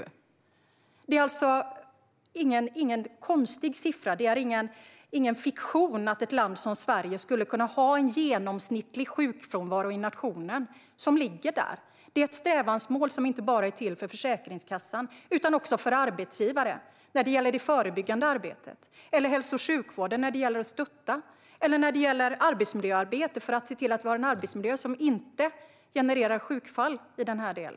Det här är alltså ingen konstig siffra, och det är ingen fiktion att ett land som Sverige skulle kunna ha en genomsnittlig sjukfrånvaro i nationen som ligger på den siffran. Det här är ett strävansmål som inte bara är till för Försäkringskassan utan också för arbetsgivare när det gäller det förebyggande arbetet eller hälso och sjukvården när det gäller att ge stöd. Det kan också vara till för arbetsmiljöarbetet för att se till att vi har en arbetsmiljö som inte genererar sjukfall.